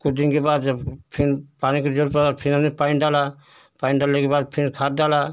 कुछ दिन के बाद जब फिर पानी के ज़रूरत पड़ा फिर हमने पानी डाला पानी डालने के बाद फिर खाद डाला